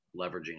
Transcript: leveraging